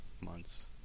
months